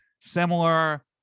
similar